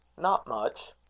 not much.